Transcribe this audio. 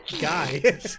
guy